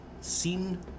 seen